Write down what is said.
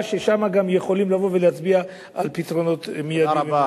ששם גם יכולים לבוא ולהצביע על פתרונות מיידיים,